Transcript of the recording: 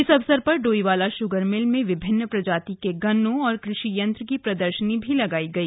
इस अवसर पर डोईवाल शुगर मिल में विभिन्न प्रजाति के गन्ने और कृषि यन्त्र की प्रदर्शनी भी लगाई गई